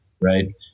right